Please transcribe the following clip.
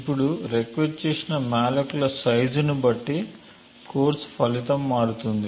ఇప్పుడు రిక్వెస్ట్ చేసిన మాలోక్ల సైజు ని బట్టి కోర్సు ఫలితం మారుతుంది